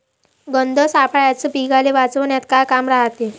गंध सापळ्याचं पीकाले वाचवन्यात का काम रायते?